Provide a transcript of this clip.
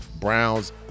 Browns